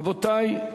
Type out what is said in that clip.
רבותי,